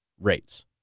rates